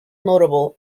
notable